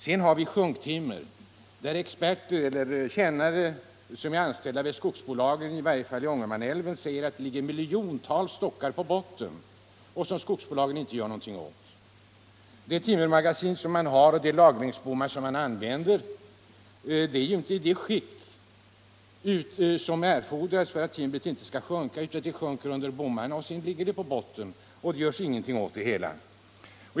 Vad gäller sjunktimret säger anställda vid skogsbolagen i varje fall vid Ångermanälven att det ligger miljontals stockar på älvbotten, vilket skogsbolagen inte gör någonting åt. De timmermagasin och lagringsbommar som man använder är inte i det skick som erfordras för att hindra timret från att sjunka. Det sjunker därför under bommarna och ligger sedan kvar på botten utan att något görs åt det hela.